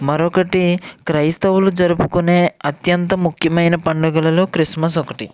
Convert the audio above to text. మరొకటి క్రైస్తవులు జరుపుకునే అత్యంత ముఖ్యమైన పండగలలో క్రిస్మస్ ఒకటి